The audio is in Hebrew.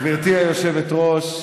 גברתי היושבת-ראש,